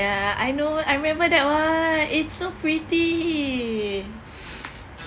ya I know I remember that one it's so pretty